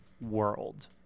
world